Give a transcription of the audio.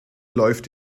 läuft